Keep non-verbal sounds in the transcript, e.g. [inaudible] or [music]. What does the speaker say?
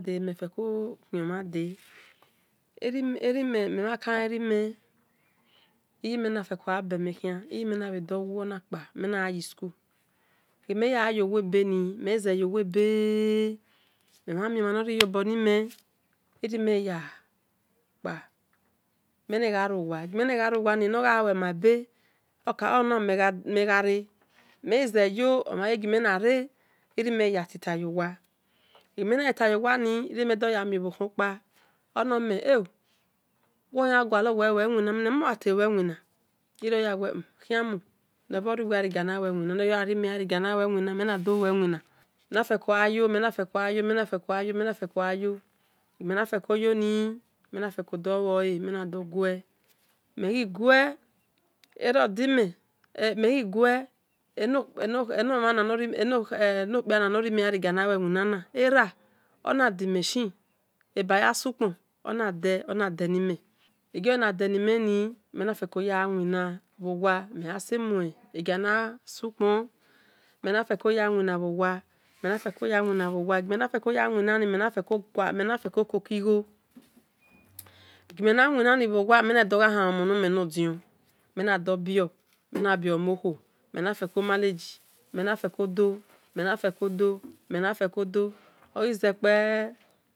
Bime feko khiomhan de iyemi naghe beme uhian mhe mhon le enime iyeme na feko gha be makian mena gha yi school, egime nagka yowebeni [hesitation] mhemhan miomha no riyobon mhen irime ghi yakpa menagha rowa, megizeyo menatita yowa inimena mi obho lahan ukpokpa oname una ogua lor nowe lue iwina mena naee imiome memafelao gha i oue iwina egoma mafeko luole nimena dho guel, me ghi gue erodime, enokpia na no rimegha rie ni siwina era onadima ehinee ona denime egioginadeni mheni menafeko ghayawina bho wa mhe ma se mue egiana sukpon manfeko yagha wina bho wa menafeko laokigho egi mena winani me nado gha hamhan omonome nodion menado bio, mhena bio omo olahuo menafekomanage menafeko do, fekodo ogize kpeee.